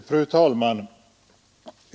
Fru talman!